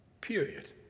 period